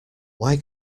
why